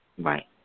Right